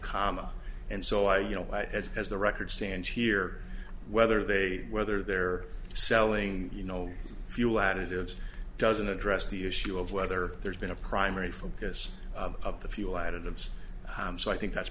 comma and so i you know what as as the record stands here whether they whether they're selling you know fuel additives doesn't address the issue of whether there's been a primary focus of the fuel additives so i think that's